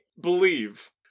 believe